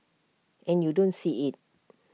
and you don't see IT